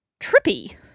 Trippy